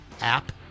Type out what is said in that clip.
app